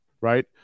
right